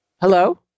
Hello